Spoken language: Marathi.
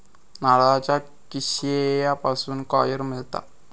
नारळाच्या किशीयेपासून कॉयर मिळता